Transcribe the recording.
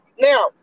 Now